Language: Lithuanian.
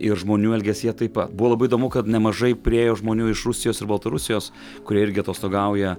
ir žmonių elgesyje taip pat buvo labai įdomu kad nemažai priėjo žmonių iš rusijos ir baltarusijos kurie irgi atostogauja